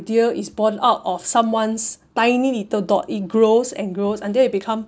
idea is born out of someone's tiny little dot it grows and grows until it become